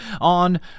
on